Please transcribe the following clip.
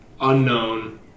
unknown